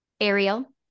Ariel